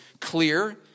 clear